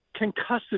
concussive